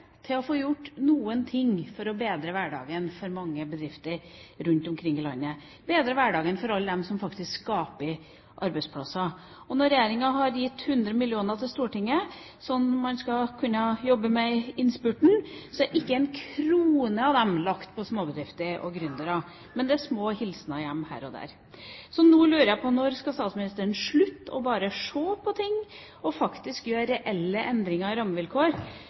til å få gjort noen ting for å bedre hverdagen for mange bedrifter rundt omkring i landet, bedre hverdagen for alle dem som faktisk skaper arbeidsplasser. Regjeringa har gitt 100 mill. kr som man i Stortinget skal kunne jobbe med i innspurten, men ikke én krone går til småbedrifter og gründere; det er små hilsener hjem her og der. Nå lurer jeg på når statsministeren skal slutte bare å se på ting, og faktisk gjøre reelle endringer i